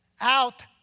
out